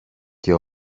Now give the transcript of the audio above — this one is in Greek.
και